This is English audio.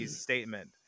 statement